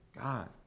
God